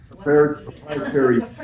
proprietary